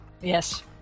Yes